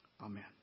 Amen